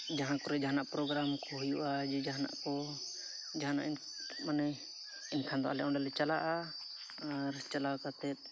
ᱡᱟᱦᱟᱸ ᱠᱚᱨᱮ ᱡᱟᱦᱟᱱᱟᱜ ᱯᱨᱳᱜᱨᱟᱢᱠᱚ ᱦᱩᱭᱩᱜᱼᱟ ᱡᱮ ᱡᱟᱦᱟᱱᱟᱜ ᱠᱚ ᱡᱟᱦᱟᱱᱟᱜ ᱢᱟᱱᱮ ᱮᱱᱠᱷᱟᱱᱫᱚ ᱟᱞᱮ ᱚᱸᱰᱮᱞᱮ ᱪᱟᱞᱟᱜᱼᱟ ᱟᱨ ᱪᱟᱞᱟᱣ ᱠᱟᱛᱮᱫ